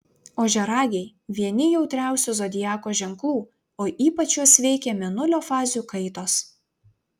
ožiaragiai vieni jautriausių zodiako ženklų o ypač juos veikia mėnulio fazių kaitos